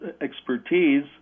expertise